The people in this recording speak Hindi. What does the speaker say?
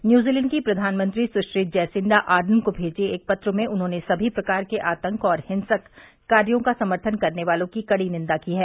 न्यूजीलैंड की प्रधानमंत्री सुश्री जैसिंडा आर्डन को भेजे एक पत्र में उन्होंने सभी प्रकार के आतंक और हिंसक कार्यों का समर्थन करने वालों की कड़ी निंदा की है